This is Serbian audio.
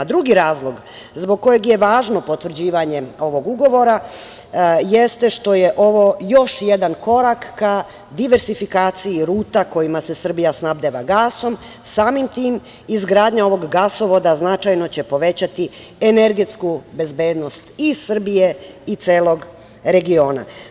Drugi razlog, zbog kojeg je važno potvrđivanje ovog ugovora jeste što je ovo još jedan korak, ka diversifikaciji ruta kojima se Srbija snabdeva gasom i samim tim, izgradnja ovog gasovoda, značajno će povećati energetsku bezbednost i Srbije i celog regiona.